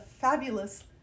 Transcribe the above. fabulous